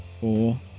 four